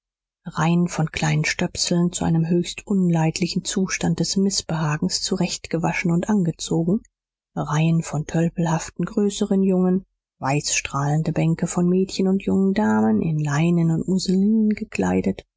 reihen von kleinen stöpseln zu einem höchst unleidlichen zustand des mißbehagens zurecht gewaschen und angezogen reihen von tölpelhaften größeren jungen weiß strahlende bänke von mädchen und jungen damen in leinen und musselin gekleidet